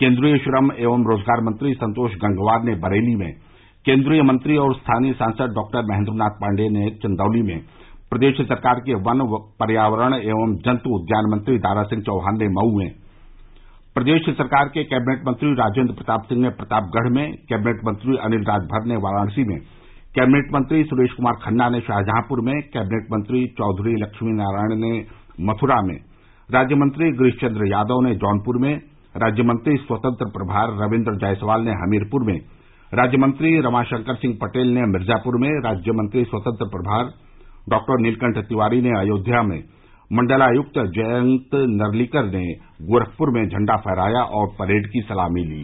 केन्द्रीय श्रम एवं रोजगार मंत्री संतोष गंगवार ने बरेली में केन्द्रीय मंत्री और स्थानीय सांसद डॉक्टर महेन्द्रनाथ पार्ण्डेय ने चन्दौली में प्रदेश सरकार के वन पर्यावरण एवं जन्त् उद्यान मंत्री दारा सिंह चौहान ने मऊ में प्रदेश सरकार के कैबिनेट मंत्री राजेन्द्र प्रताप सिंह ने प्रतापगढ़ में कैबिनेट मंत्री अनिल राजभर ने वाराणसी में कैबिनेट मंत्री सुरेश कुमार खन्ना ने शाहजहांपुर में कैबिनेट मंत्री चौधरी लक्ष्मी नारायण ने मथुरा में राज्यमंत्री गिरीश चन्द्र यादव ने जौनपुर में राज्यमंत्री स्वतंत्र प्रभार रविन्द्र जायसवाल ने हमीरपुर में राज्य मंत्री रमा शंकर सिंह पटेल ने मिर्जापुर में राज्य मंत्री स्वतंत्र प्रभार डॉक्टर नीलकण्ट तिवारी ने अयोध्या में मण्डलायक्त जयंत नार्लिकर ने गोरखप्र में झण्डा फहराया और परेड की सलामी ली